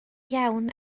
iawn